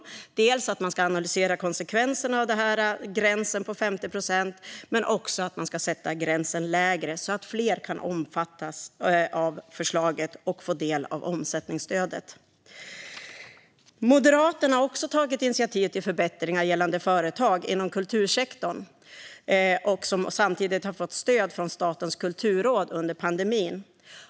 Det handlar dels om att man ska analysera konsekvenserna av gränsen på 50 procent, dels om att man ska sätta gränsen lägre så att fler kan omfattas av förslaget och få del av omsättningsstödet. Moderaterna har också tagit initiativ till förbättringar gällande företag inom kultursektorn som har fått stöd från Statens kulturråd under pandemin.